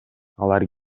алар